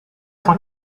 cent